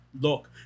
look